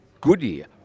Goodyear